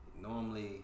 Normally